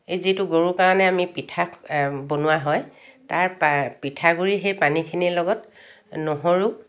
এই যিটো গৰুৰ কাৰণে আমি পিঠা বনোৱা হয় তাৰ পা পিঠাগুড়ি সেই পানীখিনিৰ লগত নহৰু